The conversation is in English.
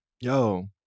Yo